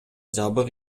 жабык